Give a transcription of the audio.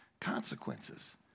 consequences